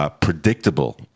predictable